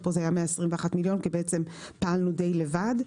ופה זה היה 121 מיליון כי בעצם פעלנו די לבד.